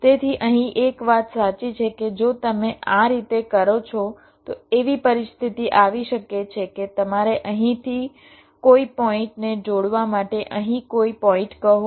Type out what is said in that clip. તેથી અહીં એક વાત સાચી છે કે જો તમે આ રીતે કરો છો તો એવી પરિસ્થિતિ આવી શકે છે કે તમારે અહીંથી કોઈ પોઇન્ટ ને જોડવા માટે અહીં કોઈ પોઇન્ટ કહો